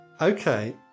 Okay